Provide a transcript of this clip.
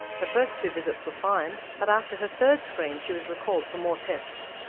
her first two visits were fine, but after her third screen she was recalled for more tests.